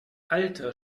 alter